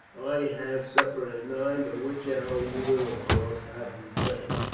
i have supper at nine, by which hour you will, of course, have returned.